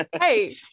hey